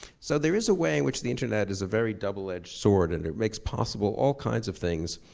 so there is a way in which the internet is a very double-edged sword. and it makes possible all kinds of things,